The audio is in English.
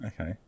okay